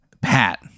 Pat